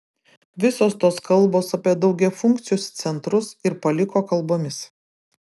visos tos kalbos apie daugiafunkcius centrus ir paliko kalbomis